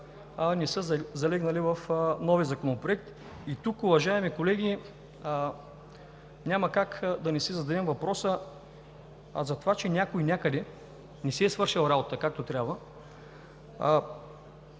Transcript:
не са залегнали в новия законопроект. Уважаеми колеги, тук няма как да не си зададем въпроса за това, че някой някъде не си е свършил работата, както трябва.